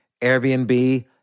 Airbnb